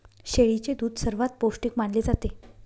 शेळीचे दूध सर्वात पौष्टिक मानले जाते